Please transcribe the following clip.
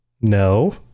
No